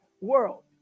world